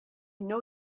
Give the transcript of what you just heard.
know